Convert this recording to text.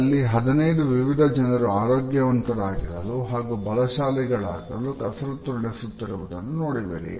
ಅಲ್ಲಿ 15 ವಿವಿಧ ಜನರು ಆರೋಗ್ಯವಂತರಾಗಲು ಹಾಗೂ ಬಲಶಾಲಿಗಳಾಗಲು ಕಸರತ್ತು ನಡೆಸುತ್ತಿರುವುದನ್ನು ನೋಡುವಿರಿ